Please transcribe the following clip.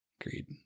Agreed